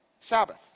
Sabbath